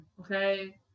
Okay